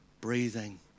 breathing